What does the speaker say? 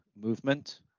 movement